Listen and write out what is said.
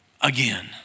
again